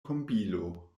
kombilo